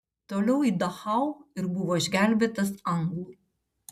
toliau į dachau ir buvo išgelbėtas anglų